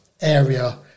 area